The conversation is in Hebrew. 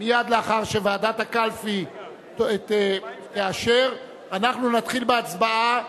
מייד לאחר שוועדת הקלפי תאשר אנחנו נתחיל בהצבעה.